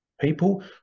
People